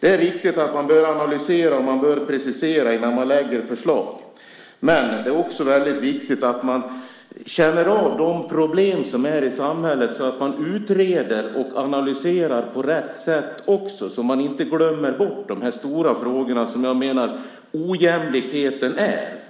Det är riktigt att man bör analysera och precisera innan man lägger fram förslag. Men det är också viktigt att man känner av de problem som finns i samhället så att man utreder och analyserar på rätt sätt. Man får inte glömma bort de stora frågorna, och jag menar att ojämlikheten är en av dem.